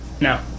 No